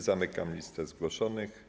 Zamykam listę zgłoszonych.